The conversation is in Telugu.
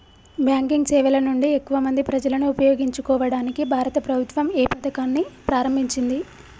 బ్యాంకింగ్ సేవల నుండి ఎక్కువ మంది ప్రజలను ఉపయోగించుకోవడానికి భారత ప్రభుత్వం ఏ పథకాన్ని ప్రారంభించింది?